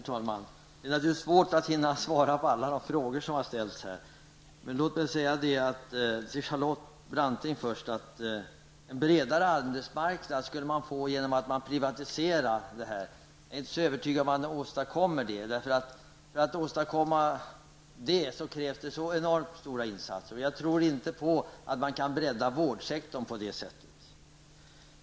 Herr talman! Det är naturligtvis svårt att hinna svara på alla frågor som ställts. Jag vänder mig först till Charlotte Branting, som säger att vi skulle få en bredare arbetsmarknad genom en privatisering. Jag är inte så övertygad om att man åstadkommer det. För detta krävs så enormt stora insatser. Jag tror inte att man kan bredda vårdsektorn på det sättet.